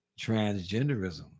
transgenderism